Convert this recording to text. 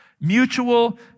Mutual